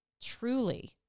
truly